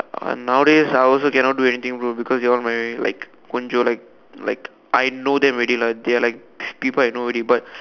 uh nowadays I also cannot do anything bro because you are my like won't jio like like I know them already lah they're like people I know already but